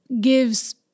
gives